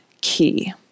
key